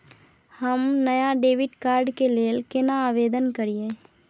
हम नया debit card के लेल केना आवेदन करियै?